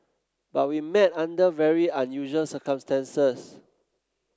but we met under very unusual circumstances